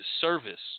service